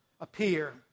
appear